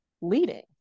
leading